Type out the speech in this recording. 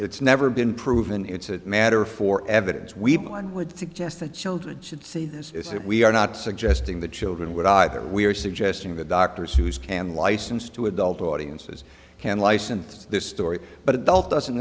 it's never been proven it's a matter for evidence we have one would suggest that children should see this is it we are not suggesting the children would either we are suggesting that doctors who is can license to adult audiences can license this story but adult doesn't